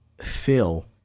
fill